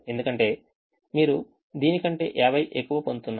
ఎందుకంటే మీరు దీని కంటే 50 ఎక్కువ పొందుతున్నారు